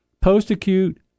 post-acute